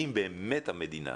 אם באמת המדינה